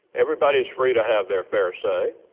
everybody's free to have their fair say.